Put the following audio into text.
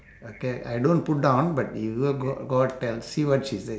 okay I don't put down but you go go out tell see what she say